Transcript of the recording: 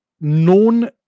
known